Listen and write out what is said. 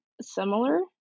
similar